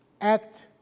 act